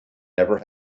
never